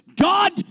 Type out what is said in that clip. god